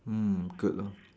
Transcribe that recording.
mm good lor